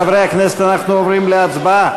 חברי הכנסת, אנחנו עוברים להצבעה.